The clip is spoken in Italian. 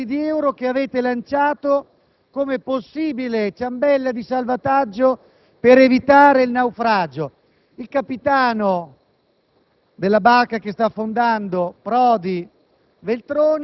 un provvedimento di 4 miliardi di euro, che avete lanciato come possibile ciambella di salvataggio per evitare il naufragio